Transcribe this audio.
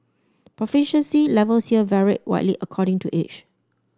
proficiency levels here varied widely according to age